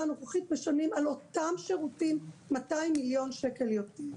הנוכחית משלמים על אותם שירותים 200 מיליון שקל יותר.